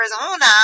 Arizona